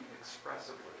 expressively